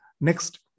next